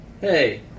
Hey